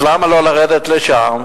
אז למה לא לרדת לשם,